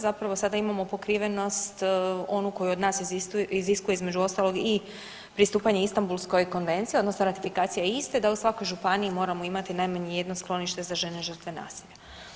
Zapravo sada imamo pokrivenost onu koju od nas iziskuje između ostalog i pristupanje Istambulskoj konvenciji, odnosno ratifikacija iste da u svakoj županiji moramo imati najmanje jedno sklonište za žene žrtve nasilja.